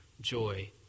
joy